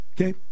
Okay